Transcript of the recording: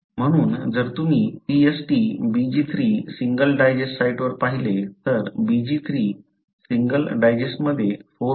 म्हणून जर तुम्ही Pst BglII सिंगल डायजेस्ट साइटवर पाहिले तर BglII सिंगल डायजेस्टमध्ये 4